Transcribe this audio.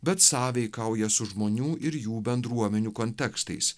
bet sąveikauja su žmonių ir jų bendruomenių kontekstais